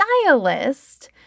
stylist